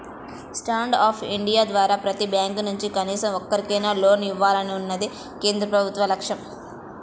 stand up India ద్వారా ప్రతి bank నుంచి కనీసం ఒక్కరికైనా లోన్ ఇవ్వాలన్నదే కేంద్ర ప్రభుత్వ లక్ష్యం